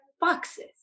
boxes